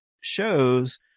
shows